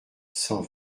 cent